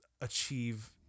achieve